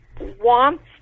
wants